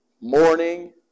morning